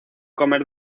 comer